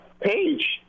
page